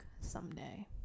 someday